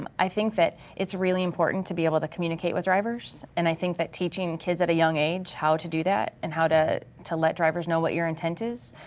um i think that it's really important to be able to communicate with drivers and i think that teaching kids at a young age how to do that and how to to let drivers know what you're intent is,